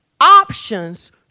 options